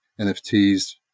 NFTs